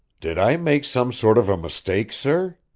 did i make some sort of a mistake, sir?